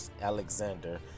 Alexander